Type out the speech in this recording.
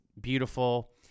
beautiful